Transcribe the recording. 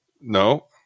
No